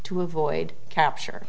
to avoid capture